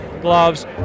gloves